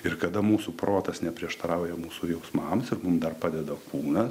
ir kada mūsų protas neprieštarauja mūsų jausmams ir mum dar padeda kūnas